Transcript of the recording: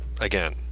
again